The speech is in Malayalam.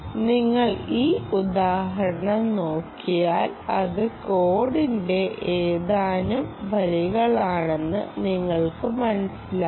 നിങ്ങൾ ഈ ഉദാഹരണം നോക്കിയാൽ അത് കോഡിന്റെ ഏതാനും വരികളാണെന്ന് നിങ്ങൾക്ക് മനസ്സിലാകും